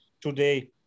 today